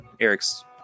eric's